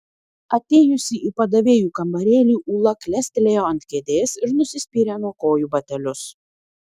atėjusi į padavėjų kambarėlį ūla klestelėjo ant kėdės ir nusispyrė nuo kojų batelius